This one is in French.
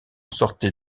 sortait